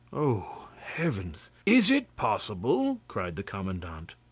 oh! heavens! is it possible? cried the commandant.